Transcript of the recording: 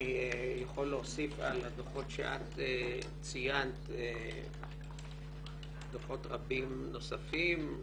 אני יכול להוסיף על הדוחות שאת ציינת דוחות רבים נוספים.